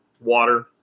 water